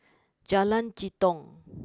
Jalan Jitong